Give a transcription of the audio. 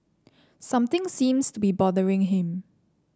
something seems to be bothering him